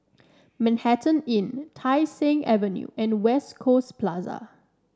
Manhattan Inn Tai Seng Avenue and West Coast Plaza